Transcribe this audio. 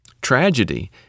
tragedy